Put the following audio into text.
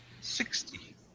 Sixty